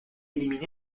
éliminé